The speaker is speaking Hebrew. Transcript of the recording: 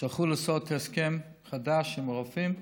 כשהלכו לעשות הסכם חדש עם הרופאים,